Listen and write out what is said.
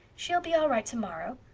she'll be all right tomorrow.